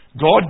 God